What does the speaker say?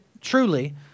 truly